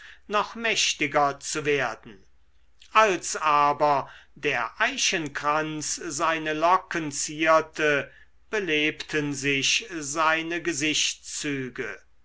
noch mächtiger zu werden als aber der eichenkranz seine locken zierte belebten sich seine gesichtszüge